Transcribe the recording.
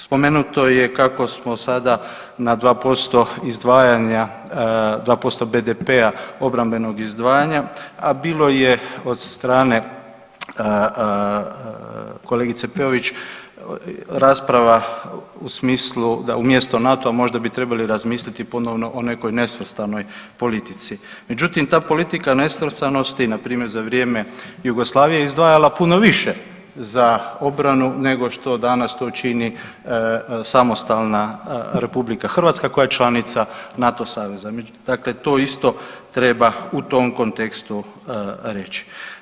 Spomenuto je kako smo sada na 2% izdvajanja 2% BDP-a obrambenog izdvajanja, a bilo je od strane kolegice Peović rasprava u smislu da umjesto NATO-a možda bi trebali razmisliti ponovno o nekoj nesvrstanoj politici, međutim ta politika nesvrstanosti npr. za vrijeme Jugoslavije izdvajala puno više za obranu nego što danas čini samostalna RH koja je članica NATO saveza, dakle to isto treba u tom kontekstu reći.